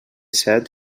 set